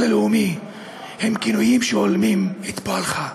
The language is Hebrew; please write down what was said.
הלאומי הם כינויים שהולמים את פועלך.